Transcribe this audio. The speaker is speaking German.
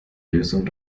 lösung